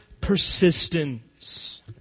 persistence